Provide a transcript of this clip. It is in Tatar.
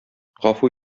гафу